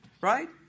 right